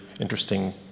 interesting